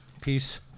Peace